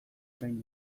orain